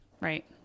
Right